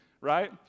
right